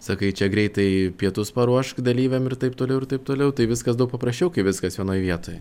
sakai čia greitai pietus paruošk dalyviam ir taip toliau ir taip toliau tai viskas daug paprasčiau kai viskas vienoj vietoj